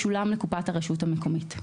ישולם לקופת הרשות המקומית.